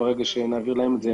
ברגע שנעביר להם את כל הפרטים הם